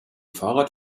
fahrrad